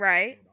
Right